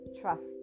trust